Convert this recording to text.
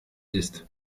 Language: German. ist